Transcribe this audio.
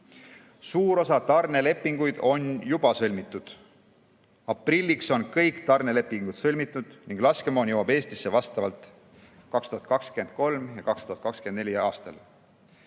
Suur osa tarnelepinguid on juba sõlmitud. Aprilliks on kõik tarnelepingud sõlmitud ning laskemoon jõuab Eestisse vastavalt 2023. ja 2024. aastal.